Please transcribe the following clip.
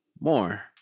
more